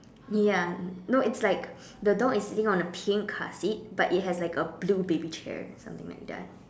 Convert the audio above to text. ya no it's like the dog is sitting on a pink car seat but it has like a blue baby chair something like that